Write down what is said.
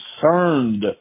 concerned